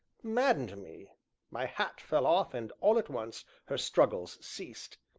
maddened me my hat fell off, and all at once her struggles ceased.